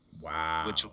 Wow